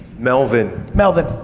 melvin. melvin.